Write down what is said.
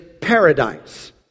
paradise